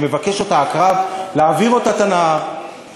מבקש העקרב מהצפרדע להעביר אותו את הנהר,